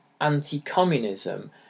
anti-communism